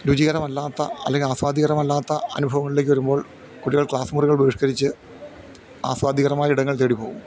രുചികരമല്ലാത്ത അല്ലെങ്കിൽ ആസ്വാദികരമല്ലാത്ത അനുഭവങ്ങളിലേക്ക് വരുമ്പോൾ കുട്ടികൾ ക്ലാസ് മുറികൾ ബഹിഷ്കരിച്ച് ആസ്വാദികരമായ ഇടങ്ങൾ തേടിപോകും